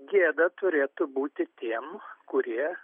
gėda turėtų būti tiem kurie